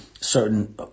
certain